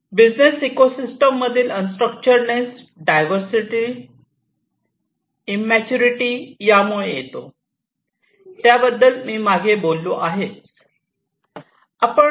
business ecosystem मधील unstructuredness diversity immaturity यामुळे येतो त्याबद्दल मी मागे बोललो आहे